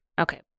Okay